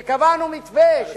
שקבענו מתווה, נא לסיים.